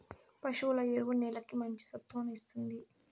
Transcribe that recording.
పశువుల ఎరువు నేలకి మంచి సత్తువను ఇస్తుంది